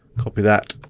copy that